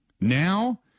Now